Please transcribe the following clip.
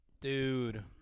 Dude